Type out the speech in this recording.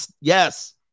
Yes